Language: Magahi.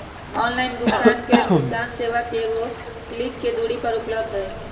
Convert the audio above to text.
ऑनलाइन भुगतान के लेल भुगतान सेवा एगो क्लिक के दूरी पर उपलब्ध हइ